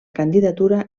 candidatura